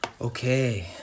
Okay